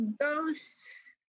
ghosts